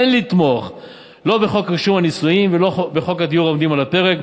אין לתמוך לא בחוק רישום הנישואין ולא בחוק הגיור העומדים על הפרק,